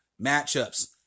matchups